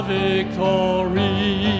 victory